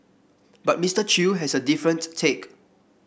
but Mister Chew has a different take